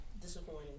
disappointing